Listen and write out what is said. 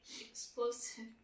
explosive